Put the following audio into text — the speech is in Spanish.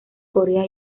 corea